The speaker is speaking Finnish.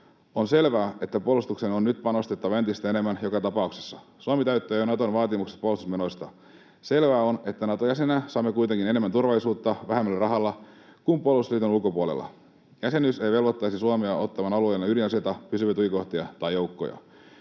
On selvää, että puolustukseen on nyt panostettava entistä enemmän joka tapauksessa. Suomi täyttää jo Naton vaatimukset puolustusmenoista. Selvää on, että Nato-jäsenenä saamme kuitenkin enemmän turvallisuutta vähemmällä rahalla kuin puolustusliiton ulkopuolella. Jäsenyys ei velvoittaisi Suomea ottamaan alueelleen ydinaseita, pysyviä tukikohtia tai joukkoja.